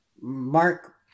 Mark